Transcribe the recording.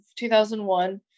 2001